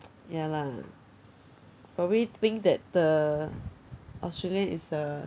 ya lah probably think that the australian is a